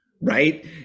right